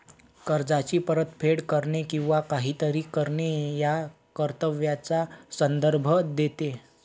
कर्जाची परतफेड करणे किंवा काहीतरी करणे या कर्तव्याचा संदर्भ देते